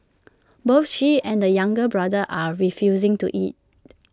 both she and the younger brother are refusing to eat